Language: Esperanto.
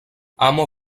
amo